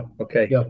okay